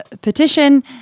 petition